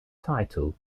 title